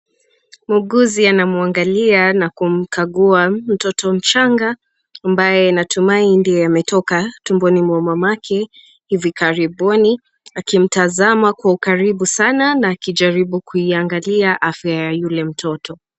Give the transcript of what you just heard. Muuguzi anamwangalia na kumkagua mtoto mchanga ambaye natumai ndiye ametoka tumboni mwa mamake hivi karibuni, akimtazama kwa ukaribu sana na akijaribu kuiangalia afya ya yule mtoto.